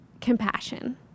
compassion